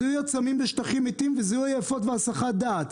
זיהוי עצמים בשטחים מתים וזיהוי עייפות והסחות דעת.